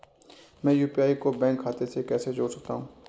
मैं यू.पी.आई को बैंक खाते से कैसे जोड़ सकता हूँ?